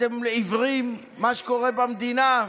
אתם עיוורים למה שקורה במדינה?